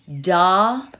da